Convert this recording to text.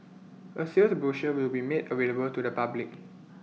A sales brochure will be made available to the public